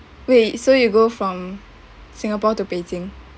wait so you go from singapore to beijing